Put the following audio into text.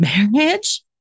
marriage